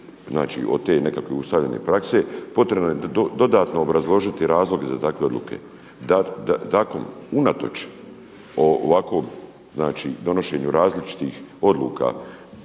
ili od te nekakve ustaljen prakse, potrebno je dodatno obrazložiti razloge za takve odluke. DKOM unatoč ovakvom donošenju različitih odluka